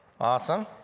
Awesome